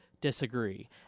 disagree